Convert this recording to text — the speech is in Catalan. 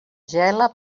gela